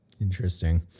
Interesting